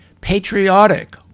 patriotic